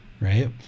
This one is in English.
right